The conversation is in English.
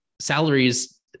salaries